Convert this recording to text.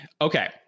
Okay